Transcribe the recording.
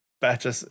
better